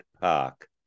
Park